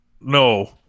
No